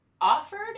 offered